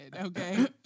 okay